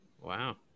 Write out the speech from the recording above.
Wow